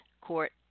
court